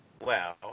wow